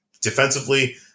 defensively